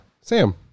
Sam